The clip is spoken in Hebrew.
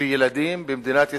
וילדים במדינת ישראל,